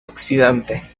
oxidante